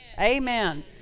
Amen